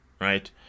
right